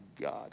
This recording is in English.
God